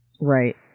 Right